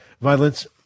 violence